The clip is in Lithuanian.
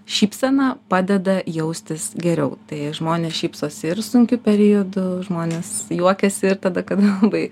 šypsena padeda jaustis geriau tai žmonės šypsosi ir sunkiu periodu žmonės juokiasi ir tada kada labai